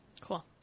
Cool